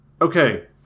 Okay